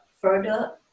further